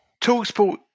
TalkSport